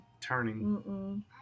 turning